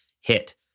hit